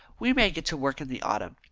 we may get to work in the autumn.